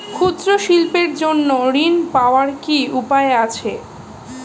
ক্ষুদ্র শিল্পের জন্য ঋণ পাওয়ার কি উপায় আছে?